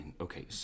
Okay